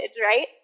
right